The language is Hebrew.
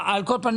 על כל פנים,